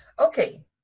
Okay